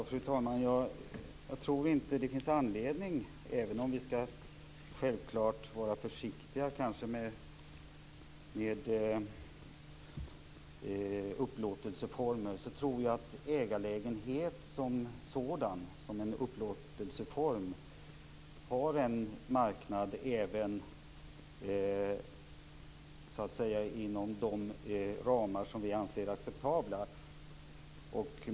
Fru talman! Jag tror inte att det finns anledning till det. Även om vi självklart skall vara försiktiga med upplåtelseformer tror jag att ägarlägenhet som sådan, som en upplåtelseform, har en marknad även inom de ramar som vi anser acceptabla.